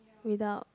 without